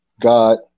God